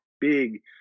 big